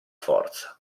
forza